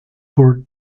por